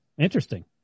interesting